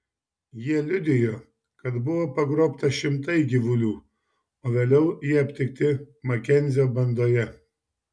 jie liudijo kad buvo pagrobta šimtai gyvulių o vėliau jie aptikti makenzio bandoje